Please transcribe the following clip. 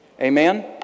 Amen